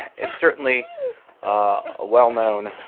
it's certainly a well known